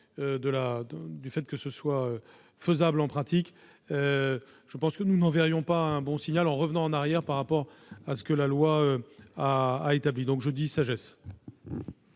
qu'elles sont réalisables en pratique. Je pense que nous n'enverrions pas un bon signal en revenant en arrière par rapport à ce que la loi a établi. Je m'en remets